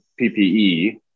PPE